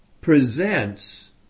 presents